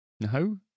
No